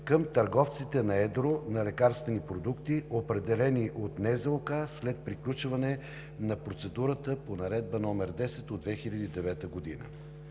към търговците на едро на лекарствени продукти, определени от НЗОК след приключване на процедурата по Наредба № 10 от 2009 г.